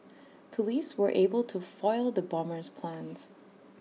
Police were able to foil the bomber's plans